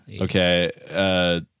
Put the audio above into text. okay